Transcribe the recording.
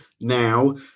now